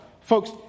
folks